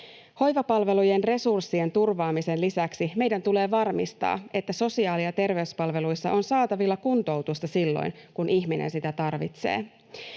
Hoivapalvelujen resurssien turvaamisen lisäksi meidän tulee varmistaa, että sosiaali- ja terveyspalveluissa on saatavilla kuntoutusta silloin, kun ihminen sitä tarvitsee.